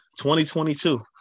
2022